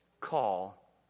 call